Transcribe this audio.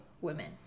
women